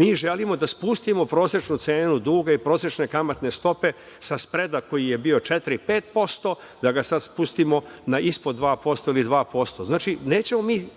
Mi želimo da spustimo prosečnu cenu duga i prosečne kamatne stope sa spreda koji je bio 4%, 5%, da ga sad spustimo na ispod 2% ili 2%. Znači,